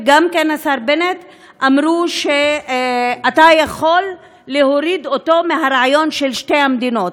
וגם כן השר בנט אמרו שאתה יכול להוריד אותו מהרעיון של שתי המדינות.